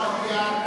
עלייה.